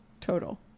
total